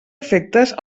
efectes